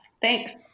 Thanks